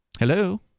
Hello